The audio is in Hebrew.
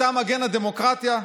אתה מגן הדמוקרטיה?